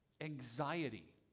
Anxiety